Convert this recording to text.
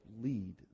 lead